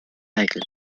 règles